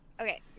Okay